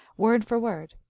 word for word,